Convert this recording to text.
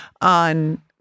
on